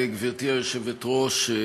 גברתי היושבת-ראש,